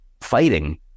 fighting